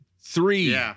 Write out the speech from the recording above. Three